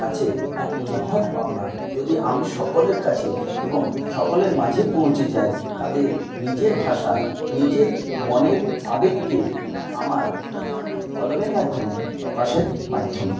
কাছে এক মহৎ পাওনা যদি আমি সকলের কাছে এবং সকলের মাঝে পৌঁছে যাই তাদের নিজের ভাষায় নিজের মনের আবেগকে আমার কলমের মাধ্যমে প্রকাশের মাধ্যমে